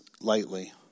lightly